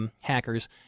Hackers